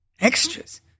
Extras